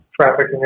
trafficking